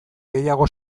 gehiago